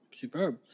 Superb